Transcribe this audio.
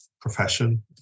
profession